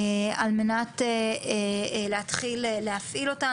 על מנת להתחיל להפעיל אותה.